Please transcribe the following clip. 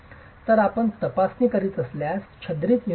तर आपण तपासणी करीत असल्यास छिद्रित युनिट्स घेऊ